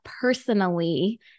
personally